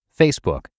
Facebook